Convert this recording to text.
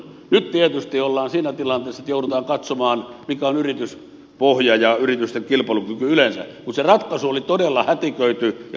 nyt tietysti ollaan siinä tilanteessa että joudutaan katsomaan mikä on yrityspohja ja yritysten kilpailukyky yleensä kun se ratkaisu oli todella hätiköity ja vahingollinen